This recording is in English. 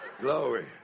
glory